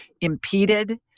impeded